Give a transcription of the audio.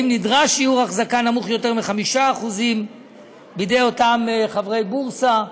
אם נדרש שיעור החזקה נמוך מ-5% בידי אותם חברי בורסה,